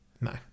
No